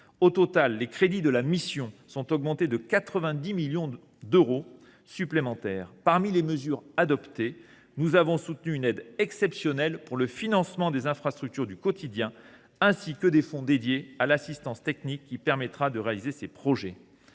Au total, les crédits de la mission concernée augmentent de 90 millions d’euros. Entre autres mesures, nous avons soutenu une aide exceptionnelle pour le financement des infrastructures du quotidien, ainsi que des fonds dédiés à l’assistance technique qui permettra de réaliser ces projets.